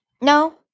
No